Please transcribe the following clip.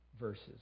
verses